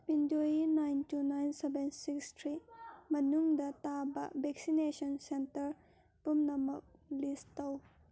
ꯄꯤꯟꯗꯣꯏ nine two nine seven six three ꯃꯅꯨꯡꯗ ꯇꯥꯕ vaccination centre ꯄꯨꯝꯅꯃꯛ ꯂꯤꯁ ꯇꯧ